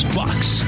bucks